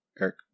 Eric